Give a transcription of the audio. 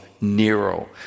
Nero